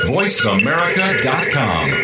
VoiceAmerica.com